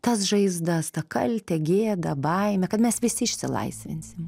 tas žaizdas tą kaltę gėdą baimę kad mes visi išsilaisvinsim